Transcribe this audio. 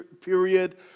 period